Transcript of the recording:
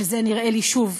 שזה נראה לי, שוב,